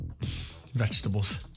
Vegetables